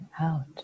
out